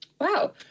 Wow